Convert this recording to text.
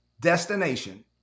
destination